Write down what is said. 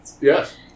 Yes